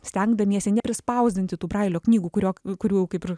stengdamiesi neprispausdinsi tų brailio knygų kurios kurių kaip ir